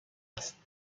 است